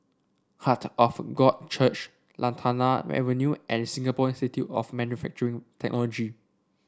Heart of God Church Lantana Avenue and Singapore Institute of Manufacturing Technology